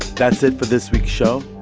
that's it for this week's show.